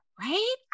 right